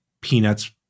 Peanuts